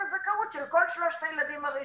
הזכאות של כל שלושת הילדים הראשונים.